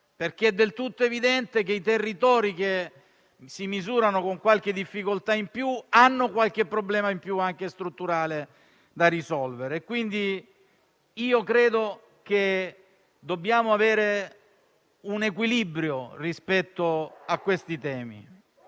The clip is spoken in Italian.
infatti del tutto evidente che i territori che si misurano con qualche difficoltà in più, hanno qualche problema in più, anche strutturale, da risolvere. Quindi, credo che dobbiamo trovare un equilibrio rispetto a questi temi.